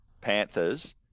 Panthers